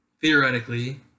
Theoretically